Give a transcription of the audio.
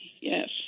Yes